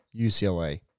UCLA